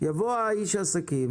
יבוא איש העסקים